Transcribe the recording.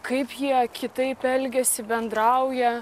kaip jie kitaip elgiasi bendrauja